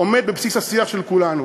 עומדות בבסיס השיח של כולנו.